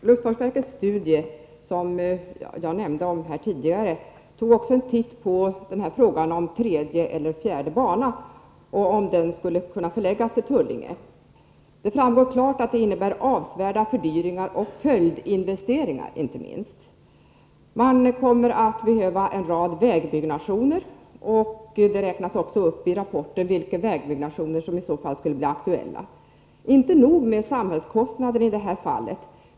Fru talman! I luftfartsverkets studier, som jag omnämnde här tidigare, tog man också en titt på frågan om en tredje eller fjärde bana, och om den skulle kunna förläggas till Tullinge. Det framgår klart att det innebär avsevärda fördyringar och inte minst följdinvesteringar. Man kommer att behöva en rad vägbyggnationer. I rapporten räknas också upp vilka vägbyggnationer som i så fall skulle kunna bli aktuella. De är inte nog med samhällskostnader i det här fallet.